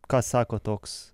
ką sako toks